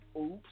oops